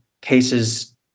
cases